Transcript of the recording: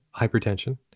hypertension